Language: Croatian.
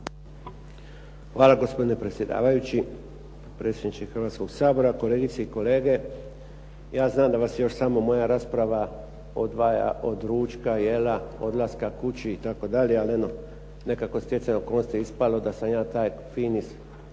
Hvala gospodine predsjedavajući, predsjedniče Hrvatskoga sabora, kolegice i kolege. Ja znam da vas još samo moja rasprava od ručka, jela, odlaska kući itd., ali nekako stjecajem okolnosti je ispalo da sam ja taj finis,